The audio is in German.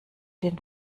den